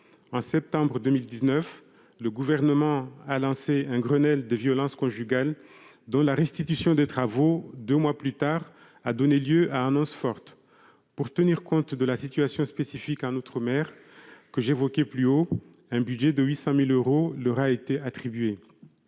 En septembre 2019, le Gouvernement a lancé un Grenelle des violences conjugales dont la restitution des travaux, deux mois plus tard, a donné lieu à des annonces fortes. Pour tenir compte de la situation spécifique dans les outre-mer, un budget de 800 000 euros leur a été attribué.